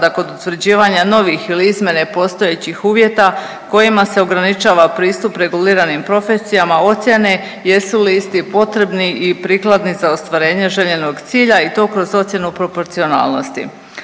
da kod utvrđivanja novih ili izmjene postojećih uvjeta kojima se ograničava pristup reguliranim profesijama ocijene jesu li isti potrebni i prikladni za ostvarenje željenog cilja i to kroz ocjenu proporcionalnosti.